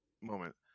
moment